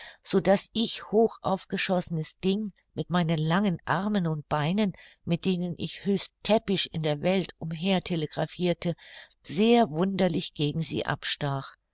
daß ich hoch aufgeschossenes ding mit meinen langen armen und beinen mit denen ich höchst täppisch in der welt umher telegraphirte sehr wunderlich gegen sie abstach